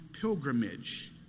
pilgrimage